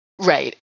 right